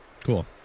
cool